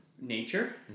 nature